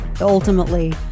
ultimately